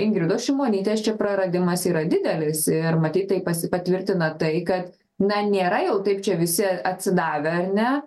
ingridos šimonytės čia praradimas yra didelis ir matyt tai pasi patvirtina tai kad na nėra jau taip čia visi atsidavę ar ne